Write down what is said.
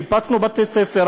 שיפצנו בתי-ספר,